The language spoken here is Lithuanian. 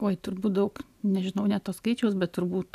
oi turbūt daug nežinau net to skaičiaus bet turbūt